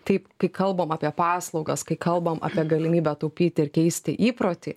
taip kai kalbam apie paslaugas kai kalbam apie galimybę taupyti ir keisti įprotį